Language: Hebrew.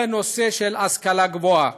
בנושא השכלה גבוהה.